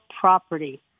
property